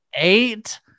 eight